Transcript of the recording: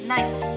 Night